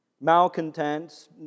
malcontents